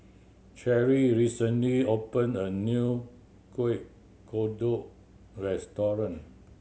Cherrie recently opened a new Kueh Kodok restaurant